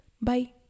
bye